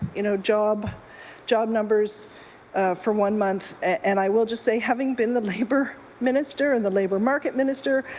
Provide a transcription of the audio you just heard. you know, job job numbers for one month and i will just say having been the labour minister and the labour market minister,